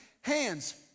hands